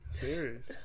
Serious